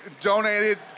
Donated